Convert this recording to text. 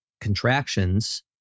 contractions